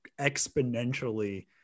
exponentially